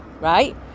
right